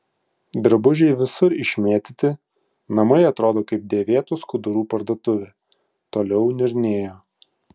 drabužiai visur išmėtyti namai atrodo kaip dėvėtų skudurų parduotuvė toliau niurnėjo